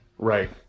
right